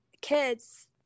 kids